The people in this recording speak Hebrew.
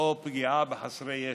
או לפגיעה בחסרי ישע.